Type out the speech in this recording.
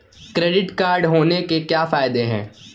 Credit card होने के क्या फायदे हैं?